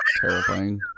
terrifying